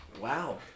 Wow